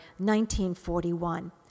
1941